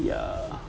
ya